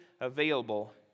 available